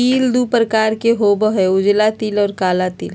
तिल दु प्रकार के होबा हई उजला तिल और काला तिल